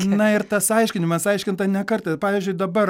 na ir tas aiškinimas aiškinta ne kartą ir pavyzdžiui dabar